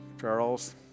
Charles